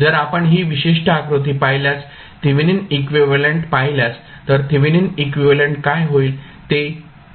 जर आपण ही विशिष्ट आकृती पाहिल्यास थेवेनिन इक्विव्हॅलेंट पाहिल्यास तर थेवेनिन इक्विव्हॅलेंट काय होईल ते